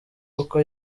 uko